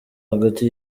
hagati